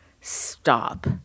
stop